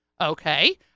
Okay